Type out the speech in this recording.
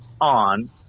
on